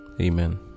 Amen